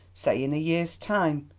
say in a year's time,